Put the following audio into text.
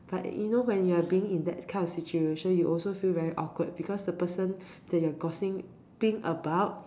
but you know when you are being in that kind of situation you also feel very awkward because the person that you are gossiping about